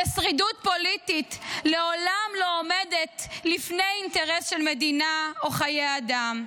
ששרידות פוליטית לעולם לא עומדת בפני אינטרס של מדינה או חיי אדם.